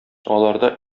аларда